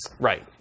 right